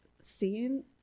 seen